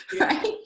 right